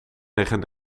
liggen